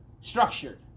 structured